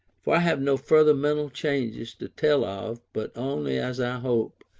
for i have no further mental changes to tell of, but only, as i hope,